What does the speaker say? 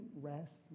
rest